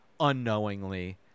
unknowingly